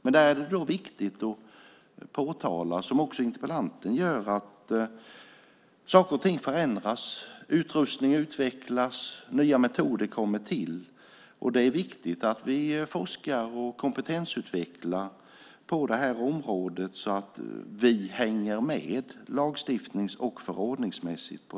Men det är då viktigt att påtala, som också interpellanten gör, att saker och ting förändras. Utrustning utvecklas och nya metoder kommer till. Det är då viktigt att forska och kompetensutveckla på det här området så att vi hänger med lagstiftnings och förordningsmässigt.